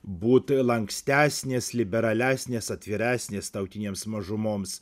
būt lankstesnės liberalesnės atviresnės tautinėms mažumoms